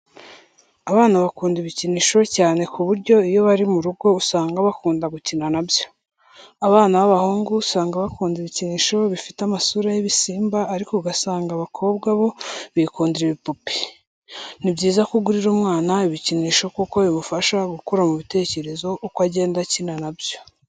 Abana bakunda ibikinisho cyane ku buryo iyo bari mu rugo usanga bakunda gukina na byo. Abana b'abahungu usanga bakunda ibikinisho bifite amasura y'ibisimba ariko ugasanga ab'abakobwa bo bikundira ibipupe. Ni byiza ko ugurira umwana ibikinisho kuko bimufasha gukura mu bitekerezo uko agenda akina na byo.